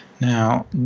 Now